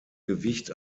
gewicht